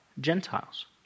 Gentiles